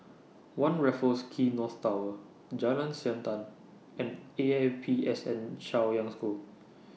one Raffles Quay North Tower Jalan Siantan and E A P S N Chaoyang School